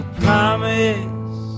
promise